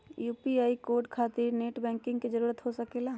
UPI code खातिर net banking की जरूरत हो सके ला?